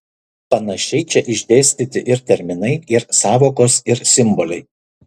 panašiai čia išdėstyti ir terminai ir sąvokos ir simboliai